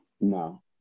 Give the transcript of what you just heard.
No